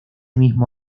mismo